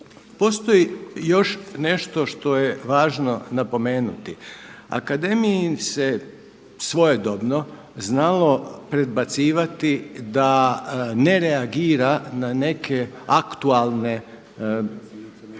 Postoji još nešto što je važno napomenuti, akademiji se svojedobno znalo predbacivati da ne reagira na neke aktualne